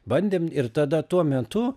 bandėm ir tada tuo metu